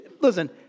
Listen